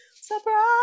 surprise